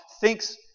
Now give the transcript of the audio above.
thinks